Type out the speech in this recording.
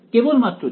কেবল মাত্র g